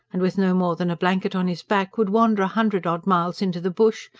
and with no more than a blanket on his back, would wander a hundred odd miles into the bush,